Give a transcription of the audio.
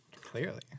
Clearly